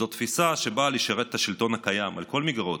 זאת תפיסה שבאה לשרת את השלטון הקיים על כל מגרעותיו,